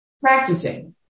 Practicing